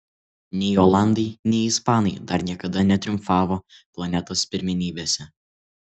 nei olandai nei ispanai dar niekada netriumfavo planetos pirmenybėse